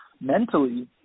mentally